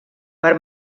per